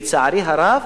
לצערי הרב,